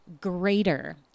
greater